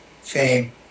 fame